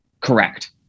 correct